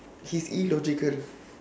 he's illogical